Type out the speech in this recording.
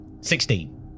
Sixteen